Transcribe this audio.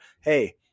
Hey